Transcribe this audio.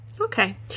Okay